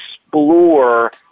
explore